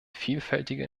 vielfältige